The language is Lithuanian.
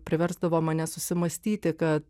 priversdavo mane susimąstyti kad